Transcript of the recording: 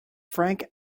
frank